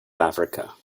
africa